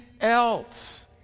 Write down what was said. else